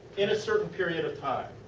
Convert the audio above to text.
in a certain period of time,